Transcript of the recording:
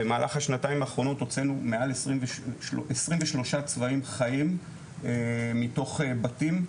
במהלך השנתיים האחרונות הוצאנו מעל 23 צבאים חיים מתוך בתים.